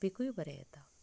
पिकूय बरें येता